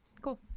cool